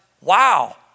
wow